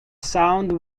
sound